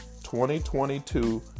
2022